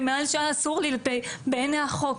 ומעל שעה אסור לי בעיני החוק,